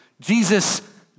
Jesus